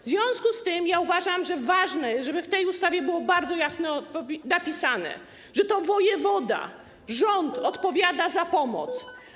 W związku z tym uważam, że ważne jest, by w tej ustawie było bardzo jasno napisane, że to wojewoda, rząd odpowiada za pomoc.